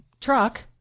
truck